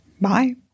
Bye